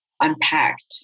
unpacked